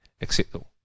acceptable